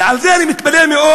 ועל זה אני מתפלא מאוד,